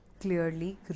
clearly